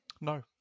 No